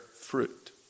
fruit